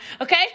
okay